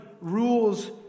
rules